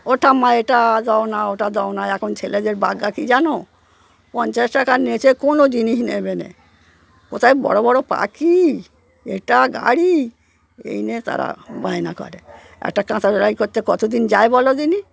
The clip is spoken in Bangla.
ওটা মা এটা দাও না ওটা দাও না এখন ছেলেদের বায়না কি জানো পঞ্চাশ টাকার নীচে কোনো জিনিস নেবে না কোথায় বড়ো বড়ো পাখি এক্কা গাড়ি এই নিয়ে তারা বায়না করে একটা কাঁথা সেলাই করতে কতদিন যায় বলো দিকি